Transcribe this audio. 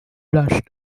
blushed